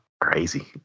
Crazy